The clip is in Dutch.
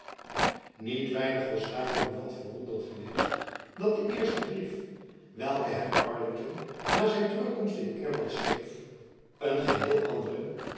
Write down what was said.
niet weinig was daarom buat verwonderd geweest dat de eerste brief welken hem arlington na zijn jacob van lennep elizabeth musch terugkomst in engeland schreef een geheel anderen